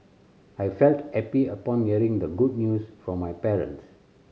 I felt happy upon hearing the good news from my parents